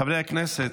חברי הכנסת,